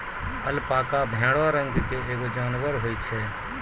alpaca भेड़ो रंग के एगो जानबर होय छै